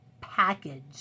Package